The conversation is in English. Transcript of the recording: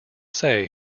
say